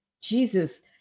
Jesus